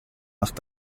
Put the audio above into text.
macht